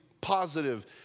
positive